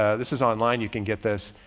ah this is online. you can get this